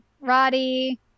Roddy